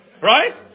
Right